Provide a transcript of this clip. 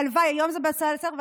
היום זה בא לשר,